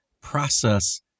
process